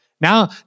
Now